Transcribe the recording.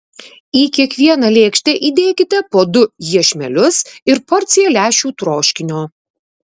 į kiekvieną lėkštę įdėkite po du iešmelius ir porciją lęšių troškinio